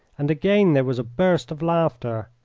and again there was a burst of laughter,